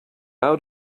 out